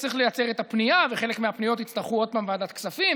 צריך לייצר את הפנייה וחלק מהפניות יצטרכו עוד פעם ועדת כספים,